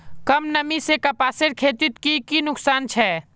कम नमी से कपासेर खेतीत की की नुकसान छे?